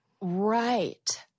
Right